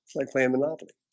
like laminotomy